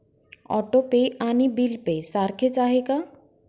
Auto pay आणि bill pay सारखेच आहे का?